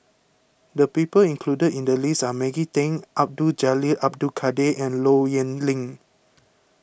the people included in the list are Maggie Teng Abdul Jalil Abdul Kadir and Low Yen Ling